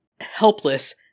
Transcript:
helpless